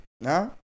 No